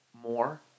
More